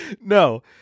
No